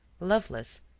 loveless,